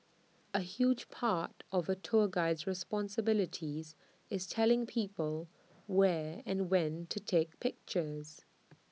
A huge part of A tour guide's responsibilities is telling people where and when to take pictures